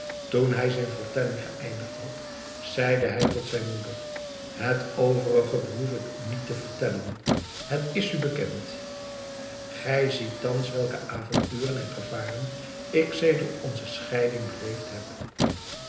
toen hij zijn vertelling geëindigd had zeide hij tot zijn moeder het overige behoef ik u niet te vertellen het is u bekend gij ziet thans welke avonturen en gevaren ik sedert onze scheiding beleefd heb